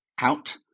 out